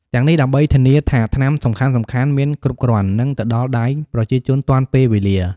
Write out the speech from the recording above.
ទាំងនេះដើម្បីធានាថាថ្នាំសំខាន់ៗមានគ្រប់គ្រាន់ និងទៅដល់ដៃប្រជាជនទាន់ពេលវេលា។